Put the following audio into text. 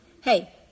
hey